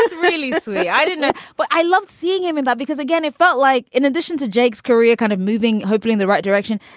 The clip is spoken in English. really silly. i didn't it but i loved seeing him in that because again, it felt like in addition to jake's career kind of moving hopefully in the right direction,